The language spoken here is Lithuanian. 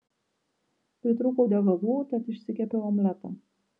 pritrūkau degalų tad išsikepiau omletą